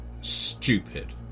stupid